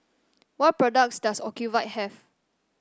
what products does Ocuvite have